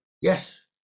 Yes